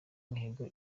mihigo